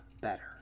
better